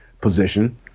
position